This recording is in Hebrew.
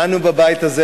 אנו בבית הזה,